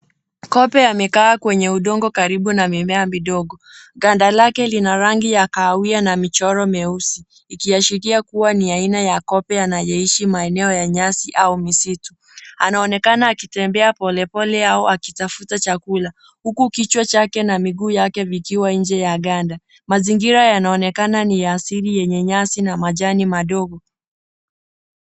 Kobe amekaa kwenye udongo karibu na mimea midogo. Ganda lake lina rangi ya kahawia na michoro mieusi ikiashiria kuwa ni aina ya kobe anayeishi maeneo ya nyasi au misitu. Anaonekana akitembea polepole au akitafuta chakula huku kichwa chake na miguu yake vikiwa nje ya ganda. Mazingira yanaonekana ni ya asili yenye nyasi na majani madogo.